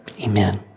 Amen